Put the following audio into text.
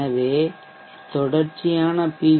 எனவே தொடர்ச்சியான பி